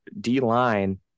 D-line